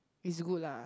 is good lah